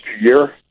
year